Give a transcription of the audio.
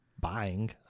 Buying